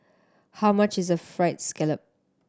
how much is Fried Scallop